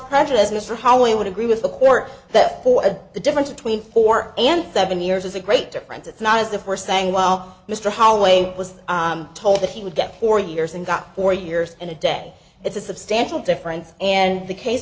prejudice mr holloway would agree with the court that the difference between four and seven years is a great difference it's not as if we're saying well mr holloway was told that he would get four years and got four years in a day it's a substantial difference and the case